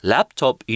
Laptop